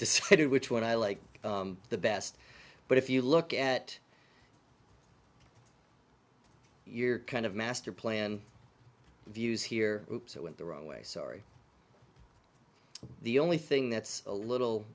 decided which one i like the best but if you look at your kind of master plan views here i went the wrong way sorry the only thing that's a little